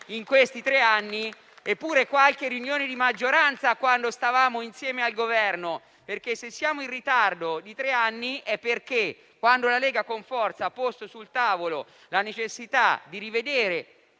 in questi tre anni, oppure qualche riunione di maggioranza, quando stavamo insieme al Governo. Se siamo in ritardo di tre anni, è perché quando la Lega, con forza, ha posto sul tavolo la necessità di rivedere